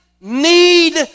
need